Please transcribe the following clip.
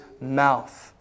mouth